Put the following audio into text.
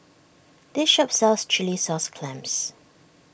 this shop sells Chilli Sauce Clams